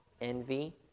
envy